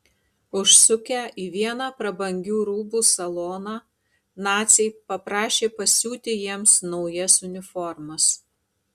užsukę į vieną prabangių rūbų saloną naciai paprašė pasiūti jiems naujas uniformas